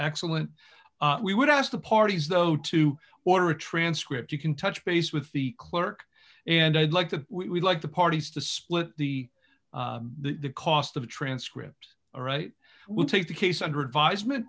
excellent we would ask the parties though to order a transcript you can touch base with the clerk and i'd like to we'd like the parties to split the cost of the transcript all right we'll take the case under advisement